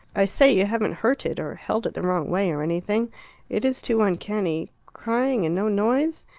i say, you haven't hurt it, or held it the wrong way, or anything it is too uncanny crying and no noise.